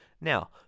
Now